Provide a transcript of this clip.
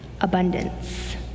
abundance